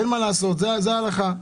זו ההלכה.